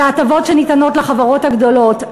וההטבות שניתנות לחברות הגדולות.